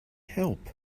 help